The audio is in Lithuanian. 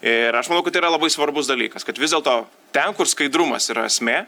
ir aš manau kad tai yra labai svarbus dalykas kad vis dėlto ten kur skaidrumas yra esmė